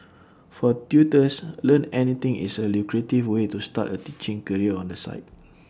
for tutors Learn Anything is A lucrative way to start A teaching career on the side